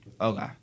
okay